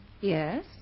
Yes